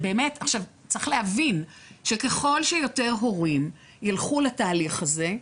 צריך להבין שככל שיותר הורים ילכו לתהליך הזה,